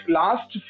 last